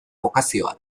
bokazioa